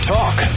Talk